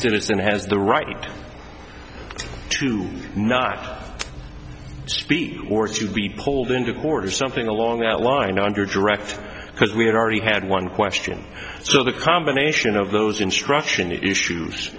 citizen has the right to not speak or to be pulled into court or something along that line under direct because we had already had one question so the combination of those instruction issues